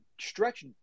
stretch